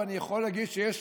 אני יכול להגיד שיש